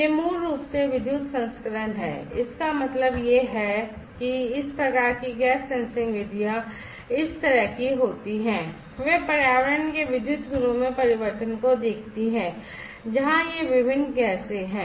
ये मूल रूप से विद्युत संस्करण हैं इसका मतलब यह है कि इस प्रकार की गैस सेंसिंग विधियाँ इस तरह की होती हैं वे पर्यावरण के विद्युत गुणों में परिवर्तन को देखती हैं जहाँ ये विभिन्न गैसें हैं